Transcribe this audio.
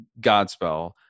Godspell